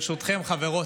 ברשותכן, חברות.